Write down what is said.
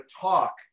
talk